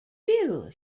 bill